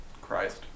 Christ